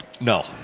No